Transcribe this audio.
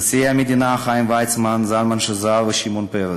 נשיאי המדינה חיים ויצמן, זלמן שזר ושמעון פרס,